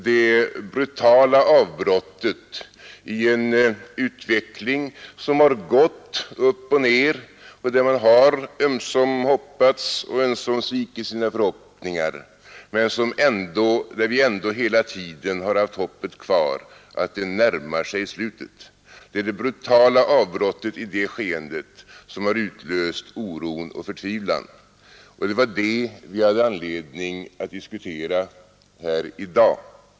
Det är det brutala avbrottet i en utveckling, som har gått upp och ner och där man har ömsom hoppats, ömsom svikits i sina förhoppningar men där vi ändå hela tiden har haft hoppet kvar att det närmar sig slutet, som har utlöst oro och förtvivlan, och det var detta som det fanns anledning att diskutera här i dag.